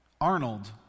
Arnold